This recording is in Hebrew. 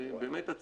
באמת,